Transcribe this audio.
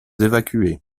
évacuer